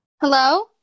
Hello